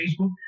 Facebook